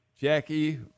Jackie